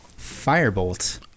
Firebolt